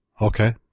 Okay